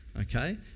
okay